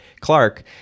Clark